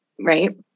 right